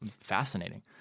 Fascinating